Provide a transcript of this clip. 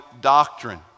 doctrine